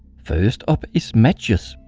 first up is matches.